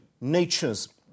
natures